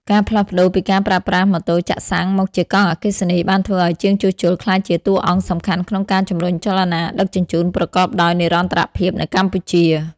ការផ្លាស់ប្តូរពីការប្រើប្រាស់ម៉ូតូចាក់សាំងមកជាកង់អគ្គិសនី បានធ្វើឱ្យជាងជួសជុលក្លាយជាតួអង្គសំខាន់ក្នុងការជំរុញចលនាដឹកជញ្ជូនប្រកបដោយនិរន្តរភាពនៅកម្ពុជា។